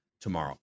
tomorrow